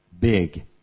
Big